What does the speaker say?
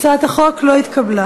הצעת החוק לא התקבלה.